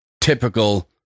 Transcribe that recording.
typical